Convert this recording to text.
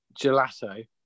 gelato